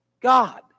God